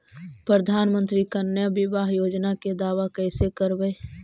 प्रधानमंत्री कन्या बिबाह योजना के दाबा कैसे करबै?